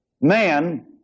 Man